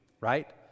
right